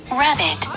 rabbit